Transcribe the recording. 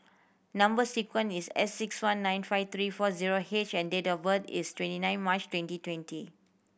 number sequence is S six one nine five three four zero H and date of birth is twenty nine March twenty twenty